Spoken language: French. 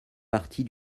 partie